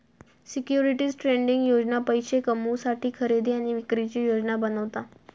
securities trading योजना पैशे कमवुसाठी खरेदी आणि विक्रीची योजना बनवता